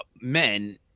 men